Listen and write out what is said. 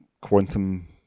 quantum